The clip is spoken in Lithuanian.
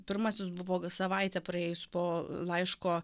pirmasis buvo savaitė praėjus po laiško